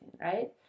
right